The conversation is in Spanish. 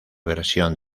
versión